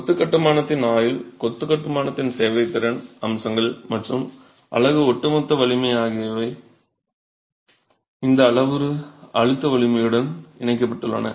கொத்து கட்டுமானத்தின் ஆயுள் கொத்து கட்டுமானத்தின் சேவைத்திறன் அம்சங்கள் மற்றும் அலகு ஒட்டுமொத்த வலிமை ஆகியவை இந்த அளவுரு அழுத்த வலிமையுடன் இணைக்கப்பட்டுள்ளன